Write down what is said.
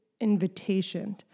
invitation